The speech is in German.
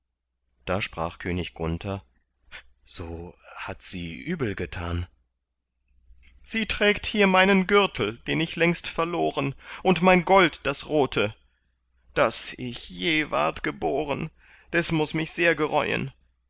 da sprach könig gunther so hat sie übel getan sie trägt hier meinen gürtel den ich längst verloren und mein gold das rote daß ich je ward geboren des muß mich sehr